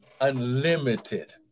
Unlimited